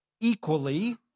equally